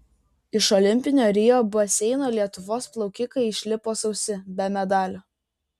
iš olimpinio rio baseino lietuvos plaukikai išlipo sausi be medalių